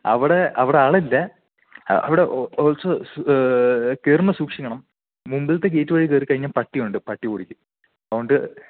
അവിടെ അവിടെ ആളില്ല അവിടെ ഓൾസോ കയറുമ്പോൾ സൂക്ഷിക്കണം മുമ്പിൽത്തെ ഗേയ്റ്റ് വഴി കയറി കഴിഞ്ഞാൽ പട്ടിയുണ്ട് പട്ടി ഓടിക്കും അത് കൊണ്ട്